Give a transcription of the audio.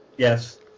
yes